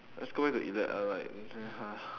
let's go back to either or like